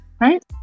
Right